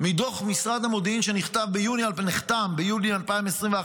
מדוח משרד המודיעין שנחתם ביולי 2021,